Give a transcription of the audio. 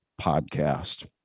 Podcast